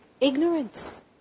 ignorance